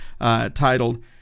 titled